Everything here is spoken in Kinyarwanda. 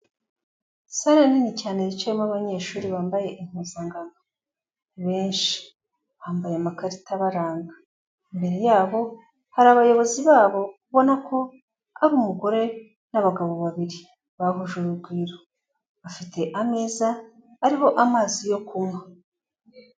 Sale nini cyane yicayemo abanyeshuri bambaye impuzankano, benshi bambaye amakarita abaranga, imbere yabo hari abayobozi babo ubona ko ari umugore n'abagabo babiri, bahuje urugwiro, bafite ameza ariho amazi yo kunywa.